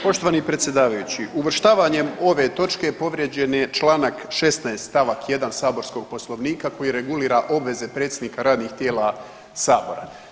Poštovani predsjedavajući, uvrštavanjem ove točke povrijeđen je Članak 16. stavak 1. saborskog Poslovnika koji regulira predsjednika radnih tijela sabora.